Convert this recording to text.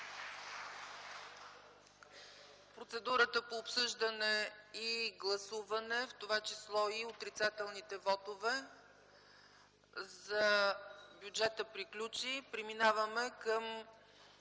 Процедурата по обсъждане, гласуване, в това число и отрицателните вотове за бюджета, приключи. Моля камерите